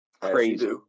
Crazy